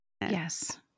Yes